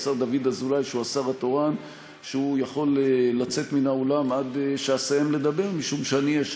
אני לא השר התורן היום, אבל אני התבקשתי, יש